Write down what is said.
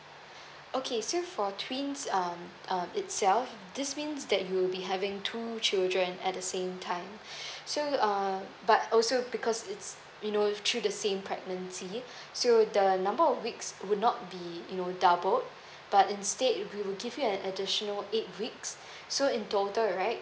okay so for twins um um itself this means that you'll be having two children at the same time so um but also because it's you know through the same pregnancy so the number of weeks would not be you know doubled but instead we will give you an additional eight weeks so in total right